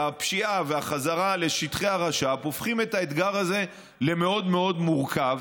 הפשיעה והחזרה לשטחי הרש"פ הופכים את האתגר הזה למאוד מאוד מורכב.